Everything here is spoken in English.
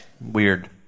Weird